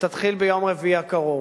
ותתחיל ביום רביעי הקרוב,